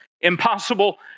Impossible